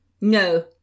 No